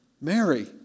Mary